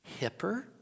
hipper